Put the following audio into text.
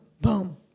boom